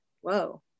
whoa